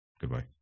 Goodbye